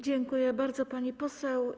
Dziękuję bardzo, pani poseł.